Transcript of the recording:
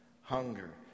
hunger